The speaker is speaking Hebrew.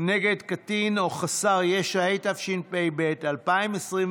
נגד קטין או חסר ישע), התשפ"ב 2021,